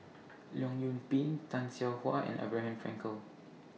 Leong Yoon Pin Tay Seow Huah and Abraham Frankel